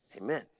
amen